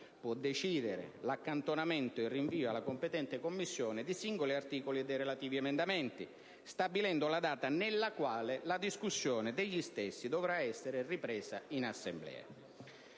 può decidere l'accantonamento e il rinvio alla competente Commissione di singoli articoli e dei relativi emendamenti, stabilendo la data nella quale la discussione degli stessi dovrà essere ripresa in Assemblea.